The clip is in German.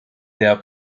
der